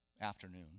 afternoon